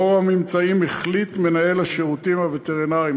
לאור הממצאים החליט מנהל השירותים הווטרינריים,